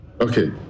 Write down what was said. okay